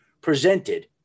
presented